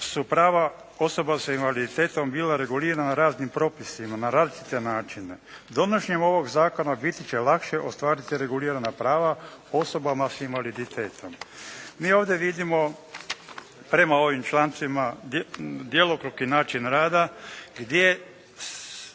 su prava osoba sa invaliditetom bila regulirana raznim propustima na različite načine. Donošenjem ovog zakona biti će lakše ostvariti regulirana prava osobama s invaliditetom. Mi ovdje vidimo prema ovim člancima djelokrug i način rada gdje